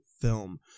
film